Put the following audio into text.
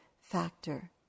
factor